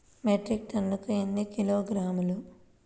Metric టన్నుకు ఎన్ని కిలోగ్రాములు?